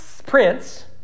Prince